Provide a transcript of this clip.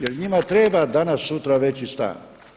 Jer njima treba danas-sutra veći stan.